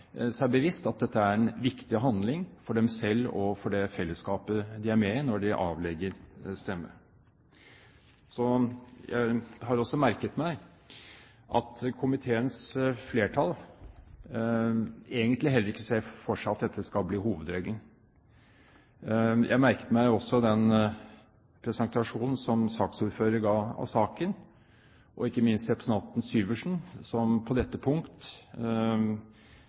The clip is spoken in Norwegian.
bevisst at det er en viktig handling for dem selv og for det fellesskapet de er med i, når de avgir stemme. Så har jeg også merket meg at komiteens flertall egentlig heller ikke ser for seg at dette skal bli hovedregelen. Jeg merket meg også den presentasjonen som saksordføreren ga av saken, og ikke minst representanten Syversen, som på dette punkt